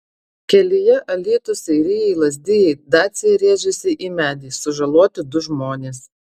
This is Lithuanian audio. kelyje alytus seirijai lazdijai dacia rėžėsi į medį sužaloti du žmonės